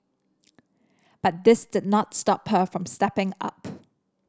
but this did not stop her from stepping up